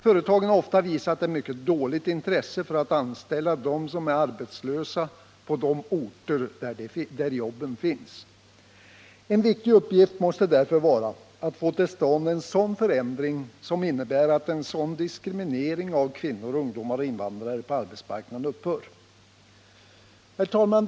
Företagen har ofta visat ett mycket ljumt intresse för att anställa dem som är arbetslösa på de orter där jobben finns. En viktig uppgift måste därför vara att få till stånd en sådan förändring som innebär att den typen av diskriminering av kvinnor, ungdomar och invandrare upphör. Herr talman!